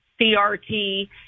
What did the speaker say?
CRT